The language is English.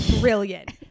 brilliant